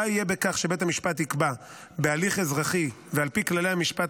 די יהיה בכך שבית המשפט יקבע בהליך אזרחי ועל פי כללי המשפט